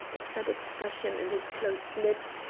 a set expression in his closed lips,